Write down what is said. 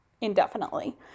indefinitely